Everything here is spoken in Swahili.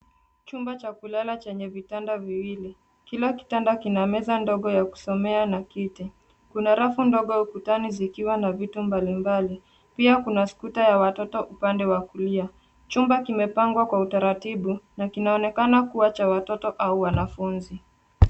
Chumba cha kulala chenye vitanda viwili. Kila kitanda kina meza dogo ya kusomea na kiti. Kuna rafu dogo ukutani zikiwa na vitu mbalimbali. Pia kuna scooter ya watoto upande wa kulia. Chumba kimepangwa kwa utaratibu na kinaonekana kuwa cha watoto au cha wanafunzi.